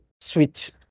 switch